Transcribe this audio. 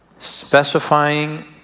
Specifying